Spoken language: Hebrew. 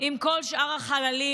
עם כל שאר החללים.